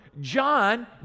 John